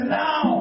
now